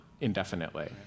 indefinitely